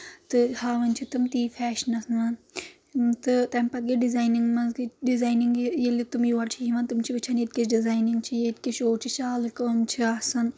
تہٕ ہاوان چھِ تِم تی فیشنَس منٛز تہٕ تَمہِ پَتہٕ گٔے ڈِزاینِنٛگ منٛز گٔے ڈِزاینِنٛگ ییٚلہِ تِم یور چھِ یِوان تِم چھِ وٕچھان ییٚتہِ کِژھ ڈِزاینِنٛگ چھِ ییٚتہِ کِژھ شو چھِ شالہٕ کٲم چھِ آسان